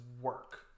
work